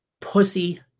pussy